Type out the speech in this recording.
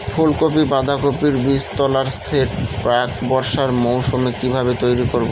ফুলকপি বাধাকপির বীজতলার সেট প্রাক বর্ষার মৌসুমে কিভাবে তৈরি করব?